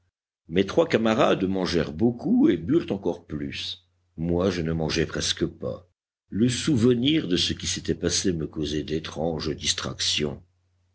mes trois camarades mangèrent beaucoup et burent encore plus moi je ne mangeais presque pas le souvenir de ce qui s'était passé me causait d'étranges distractions